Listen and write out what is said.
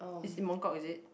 is in Mong kok is it